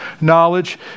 knowledge